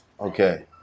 Okay